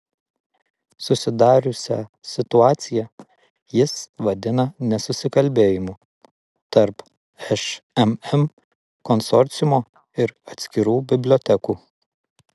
susidariusią situaciją jis vadina nesusikalbėjimu tarp šmm konsorciumo ir atskirų bibliotekų